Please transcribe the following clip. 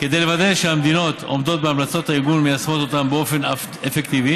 כדי לוודא שהמדינות עומדות בהמלצות הארגון ומיישמות אותן באופן אפקטיבי,